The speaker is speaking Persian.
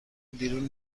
بیرون